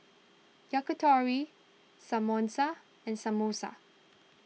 Yakitori Samosa and Samosa